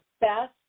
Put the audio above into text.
best